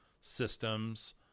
systems